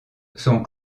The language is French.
sont